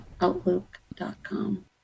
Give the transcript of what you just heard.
outlook.com